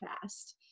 fast